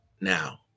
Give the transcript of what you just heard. Now